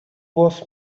was